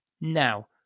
now